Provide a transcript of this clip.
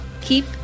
keep